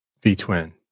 V-twin